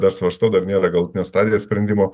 dar svarstau dar nėra galutinės stadijos sprendimo